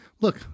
Look